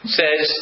says